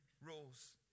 rules